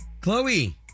Chloe